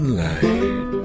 light